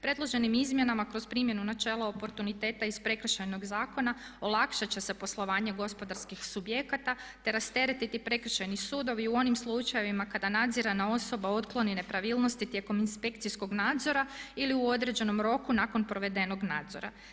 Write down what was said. Predloženim izmjenama kroz primjenu načela oportuniteta iz Prekršajnog zakona olakšat će se poslovanje gospodarskih subjekata, te rasteretiti Prekršajni sudovi u onim slučajevima kada nadzirana osoba otkloni nepravilnosti tijekom inspekcijskog nadzora ili u određenom roku nakon provedenog nadzora.